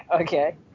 okay